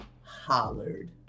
hollered